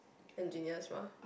engineers mah